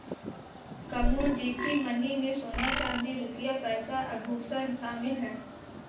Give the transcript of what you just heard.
commodity money में सोना चांदी रुपया पैसा आभुषण शामिल है